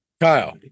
Kyle